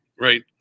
Right